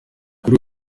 kuri